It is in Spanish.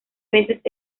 veces